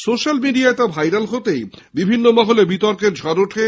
social মিডিয়ায় তা viral হতেই বিভিন্ন মহলে বিতর্কের ঝড় ওঠে